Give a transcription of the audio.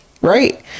right